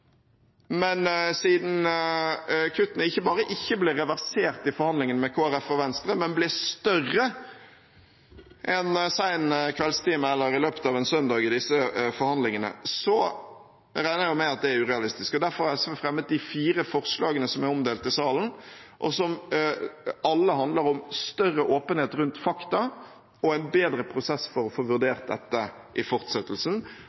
men siden kuttene ikke ble reversert i forhandlingene med Kristelig Folkeparti og Venstre, men ble større en sen kveldstime eller i løpet av en søndag i disse forhandlingene, regner jeg med at det er urealistisk. Derfor har SV fremmet de fire forslagene som er omdelt i salen, og som alle handler om større åpenhet rundt fakta og en bedre prosess for å få vurdert dette i fortsettelsen.